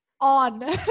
On